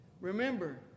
remember